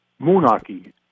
Moonaki